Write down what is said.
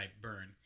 burn